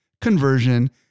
conversion